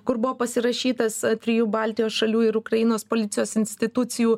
kur buvo pasirašytas trijų baltijos šalių ir ukrainos policijos institucijų